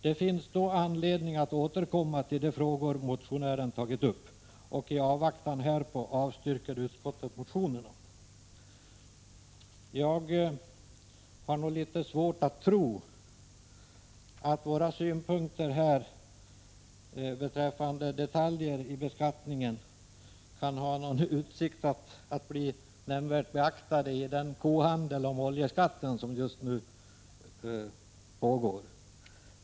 Det finns då anledning att återkomma till de frågor motionärerna tagit upp, och i avvaktan härpå avstyrker utskottet motionerna.” Jag har litet svårt att tro att våra synpunkter beträffande detaljer i beskattningen kan ha någon utsikt att bli nämnvärt beaktade i den kohandel om oljeskatten som just nu pågår.